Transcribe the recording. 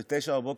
ב-09:00,